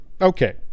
okay